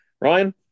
Ryan